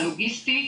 הלוגיסטי.